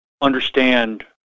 understand